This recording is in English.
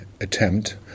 attempt